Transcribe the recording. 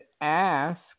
ask